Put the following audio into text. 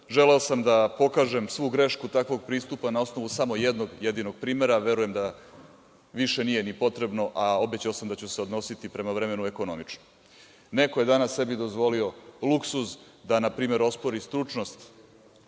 sam da pokažem svu grešku takvog pristupa na osnovu samo jednog jedinog primera, verujem da više nije ni potrebno, a obećao sam da ću se odnositi prema vremenu ekonomično. Neko je sebi danas dozvolio luksuz da, na primer, ospori stručnost